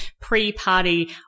pre-party